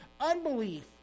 unbelief